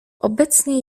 obecnie